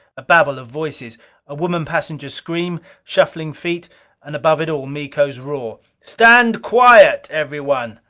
a babble of voices a woman passenger's scream shuffling feet and above it all, miko's roar stand quiet! everyone!